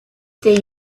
they